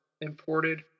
imported